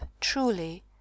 truly